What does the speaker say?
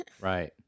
Right